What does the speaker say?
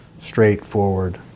straightforward